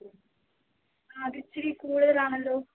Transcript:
അത് ഇത്തിരി കൂടുതൽ ആണല്ലോ